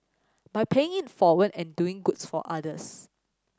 by paying it forward and doing good for others